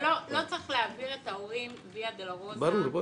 לא צריך להעביר את ההורים ויה-דולורוזה